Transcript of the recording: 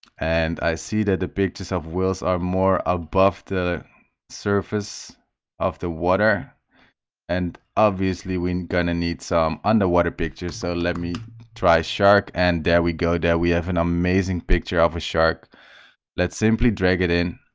and i see the pictures of wheels are more above the surface of the water and obviously we're gonna need some underwater pictures so let me try shark and there we go there we have an amazing picture of a shark let's simply drag it in